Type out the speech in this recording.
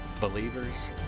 Believers